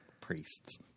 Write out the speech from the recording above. priests